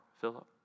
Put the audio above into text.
Philip